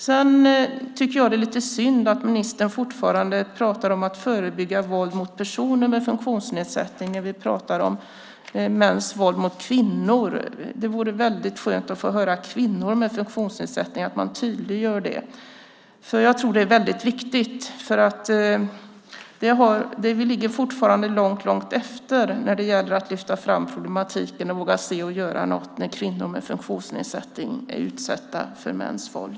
Sedan tycker jag att det är lite synd att ministern fortfarande pratar om att förebygga våld mot personer med funktionsnedsättning när vi pratar om mäns våld mot kvinnor. Det vore skönt att få höra att man tydliggjorde att det rör kvinnor med funktionsnedsättning. Jag tror att det är viktigt. Vi ligger fortfarande långt efter när det gäller att lyfta fram den problematiken och våga se och göra något när kvinnor med funktionsnedsättning blir utsatta för mäns våld.